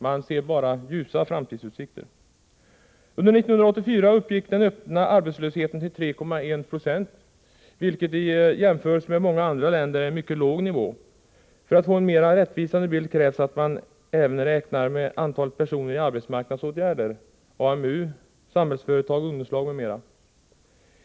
Under 1984 uppgick den öppna arbetslösheten till 3,1 96, vilket i jämförelse med många andra länder är en mycket låg nivå. För att få en mera rättvisande bild krävs att man även räknar med antalet personer i arbetsmarknadsåtgärder — AMU, Samhällsföretag, ungdomslag m.m.